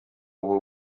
will